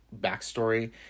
backstory